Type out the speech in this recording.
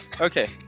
Okay